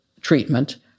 treatment